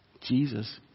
Jesus